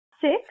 Six